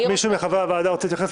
מישהו מחברי הוועדה רוצה להתייחס?